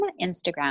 Instagram